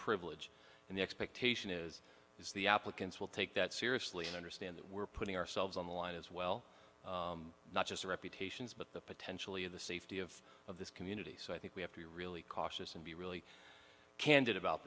privilege and the expectation is is the applicants will take that seriously and understand that we're putting ourselves on the line as well not just reputations but the potentially of the safety of of this community so i think we have to be really cautious and be really candid about